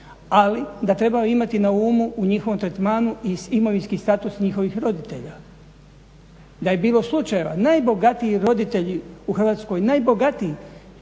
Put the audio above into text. ali da trebaju imati na umu u njihovom tretmanu i imovinski status njihovih roditelja, da je bilo slučajeva najbogatiji roditelji u Hrvatskoj najbogatiji,